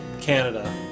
Canada